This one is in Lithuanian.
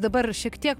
dabar šiek tiek